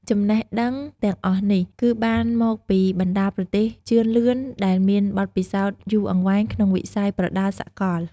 ចំណេះដឹងទាំងអស់នេះ គឺបានមកពីបណ្តាប្រទេសជឿនលឿនដែលមានបទពិសោធន៍យូរអង្វែងក្នុងវិស័យប្រដាល់សកល។